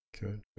Good